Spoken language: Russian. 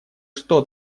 что